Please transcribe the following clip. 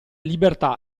libertà